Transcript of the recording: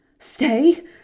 Stay